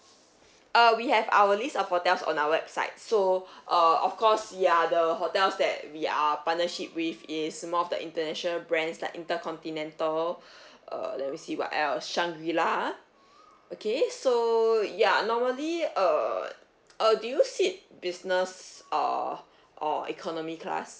uh we have our list of hotels on our website so err of course ya the hotels that we are partnership with is more of the international brands like intercontinental err let me see what else shangri-la okay so ya normally err uh do you sit business or or economy class